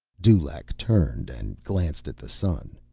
dulaq turned and glanced at the sun.